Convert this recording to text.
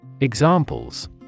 Examples